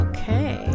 Okay